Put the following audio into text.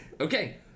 Okay